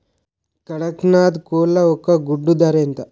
కదక్నత్ కోళ్ల ఒక గుడ్డు ధర ఎంత?